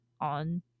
on